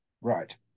Right